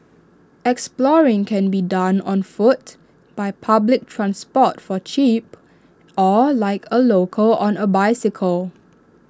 exploring can be done on foot by public transport for cheap or like A local on A bicycle